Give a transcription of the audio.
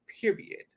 period